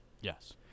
yes